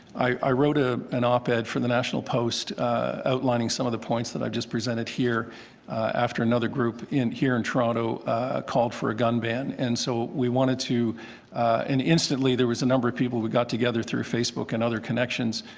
i wrote ah an op-ed for the national post outlining some of the points i just presented here after another group here in toronto called for a gun ban. and so we wanted to and instantly there was a number of people we got together through facebook and other connections